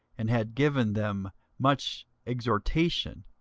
and had given them much exhortation,